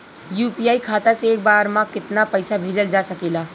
UPI खाता से एक बार म केतना पईसा भेजल जा सकेला?